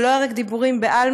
זה לא היה רק דיבורים בעלמא.